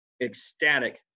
ecstatic